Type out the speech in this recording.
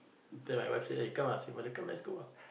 tell my wife say eh come ah see mother come let's go ah